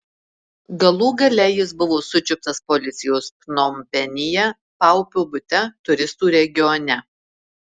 galų gale jis buvo sučiuptas policijos pnompenyje paupio bute turistų regione